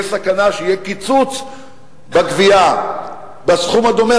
יש סכנה שיהיה קיצוץ בגבייה בסכום דומה,